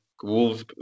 Wolves